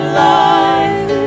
life